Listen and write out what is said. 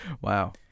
wow